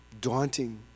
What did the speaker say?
daunting